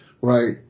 right